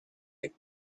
had